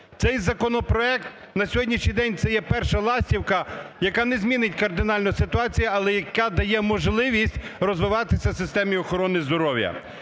Цей законопроект, на сьогоднішній день це є "перша ластівка", яка не змінить кардинально ситуацію, але яка дає можливість розвиватись системі охорони здоров'я.